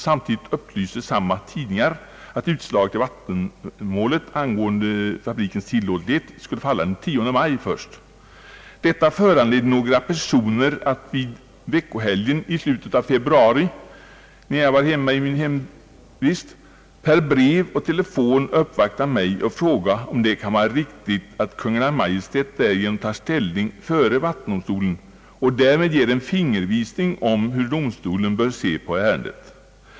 Samtidigt upplyste tidningarna att utslag i vattenmålet angående fabrikens tillåtlighet skulle meddelas först den 10 maj. Detta föranledde några personer att i slutet av februari då jag vistades i min hemort, per brev och telefon uppvakta mig och fråga, om det kan vara riktigt att Kungl. Maj:t tar ställning före vattendomstolen och därmed ger en fingervisning om hur domstolen bör se på ärendet.